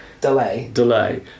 Delay